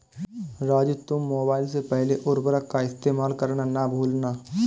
राजू तुम मोबाइल से पहले उर्वरक का इस्तेमाल करना ना भूलना